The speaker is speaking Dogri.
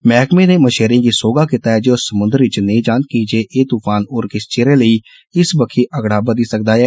मैहकमे नै मच्छेरें गी सोहगा कीता ऐ जे ओह समुंदर च नेईं जान कीजे एह तूफान होर किष चिरै लेई इस बक्खी अगड़ा बधी सकदा ऐ